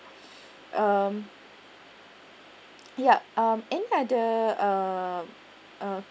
um yup um and are the um um